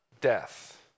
death